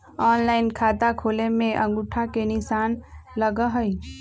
Online खाता खोले में अंगूठा के निशान लगहई?